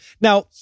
Now